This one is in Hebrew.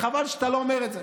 וחבל שאתה לא אומר את זה.